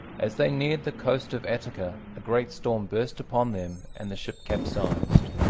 as they neared the coast of attica a great storm burst upon them, and the ship capsized.